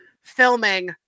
filming